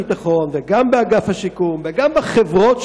הפירות והירקות, כך היה עם חוק הבצורת.